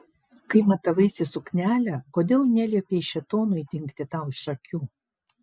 kai matavaisi suknelę kodėl neliepei šėtonui dingti tau iš akių